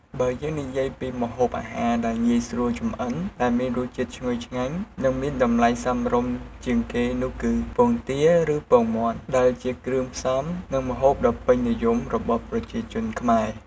បើយើងនិយាយពីម្ហូបអាហារដែលងាយស្រួលចម្អិនដែលមានរសជាតិឈ្ងុយឆ្ងាញ់ និងមានតម្លៃសមរម្យជាងគេនោះគឺ ពងទាឬពងមាន់ ដែលជាគ្រឿងផ្សំនិងម្ហូបដ៏ពេញនិយមរបស់ប្រជាជនខ្មែរ។